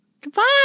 goodbye